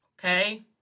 okay